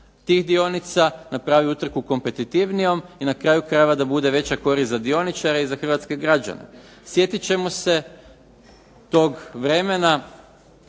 tih dionica, napravi utrku kompetitivnijom i na kraju krajeva da bude veća korist za dioničare i za hrvatske građane. Sjetit ćemo se tog vremena